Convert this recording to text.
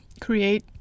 create